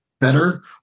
better